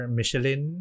Michelin